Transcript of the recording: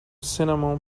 cinnamon